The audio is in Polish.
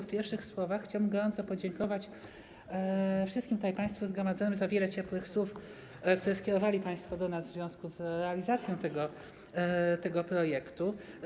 W pierwszych słowach chciałbym gorąco podziękować wszystkim tutaj zgromadzonym za wiele ciepłych słów, które skierowali państwo do nas w związku z realizacją tego projektu.